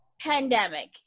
pandemic